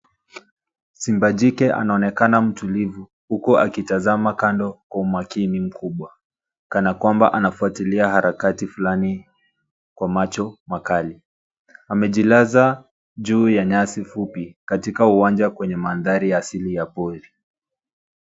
Simba jike anaonekana mtulivu huku akitazama kando kwa umakini mkubwa kana kwamba anafuatilia harakati fulani kwa macho makali. Amejilaza juu ya nyasi fupi katika uwanja kwenye manthari ya asili ya pori.